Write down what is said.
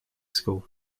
school